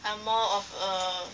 I'm more of a